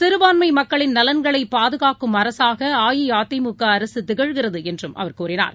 சிறுபான்மைக்களின் நலன்களைபாதுகாக்கும் அரசாகஅஇஅதிமுகஅரசுதிகழ்கிறதுஎன்றும் அவர் கூறினார்